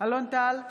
אלון טל,